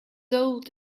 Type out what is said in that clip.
old